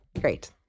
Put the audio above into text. great